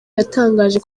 yatangaje